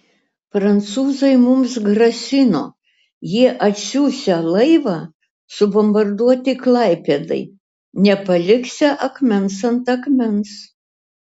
prancūzai mums grasino jie atsiųsią laivą subombarduoti klaipėdai nepaliksią akmens ant akmens